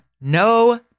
No